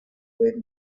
ability